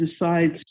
decides